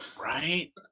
Right